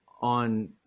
on